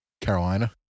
Carolina